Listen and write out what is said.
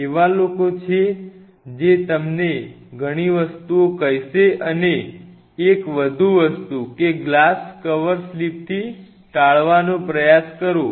એવા લોકો છે જે તમને ઘણી વસ્તુઓ કહેશે અને એક વધુ વસ્તુ કે ગ્લાસ કવર સ્લિપથી ટાળવાનો પ્રયાસ કરો